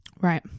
Right